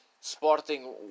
Sporting